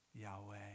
Yahweh